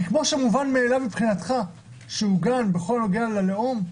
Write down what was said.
כי כמו שמובן מאליו מבחינתך שעוגן כל הנוגע ללאום,